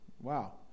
Wow